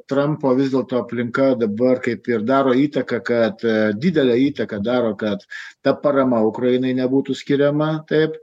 trampo vis dėlto aplinka dabar kaip ir daro įtaką kad didelę įtaką daro kad ta parama ukrainai nebūtų skiriama taip